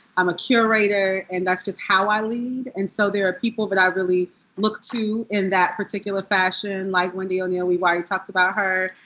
i'm a curator. and that's just how i lead. and so there are people that but i really look to in that particular fashion. like wendi o'neal. we already talked about her.